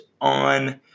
on